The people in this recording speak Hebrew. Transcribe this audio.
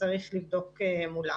צריך לבדוק מולם.